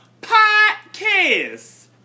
Podcast